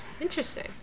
Interesting